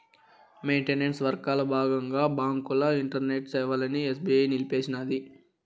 maintenance వర్కల బాగంగా బాంకుల ఇంటర్నెట్ సేవలని ఎస్బీఐ నిలిపేసినాది